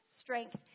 strength